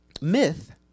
myth